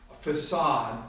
facade